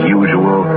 usual